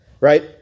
Right